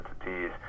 entities